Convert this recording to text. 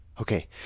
Okay